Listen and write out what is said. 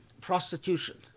prostitution